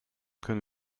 können